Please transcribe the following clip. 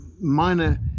minor